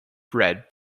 bread